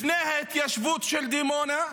לפני ההתיישבות של דימונה.